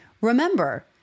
remember